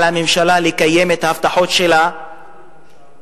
על הממשלה לקיים את ההבטחות שלה לרשויות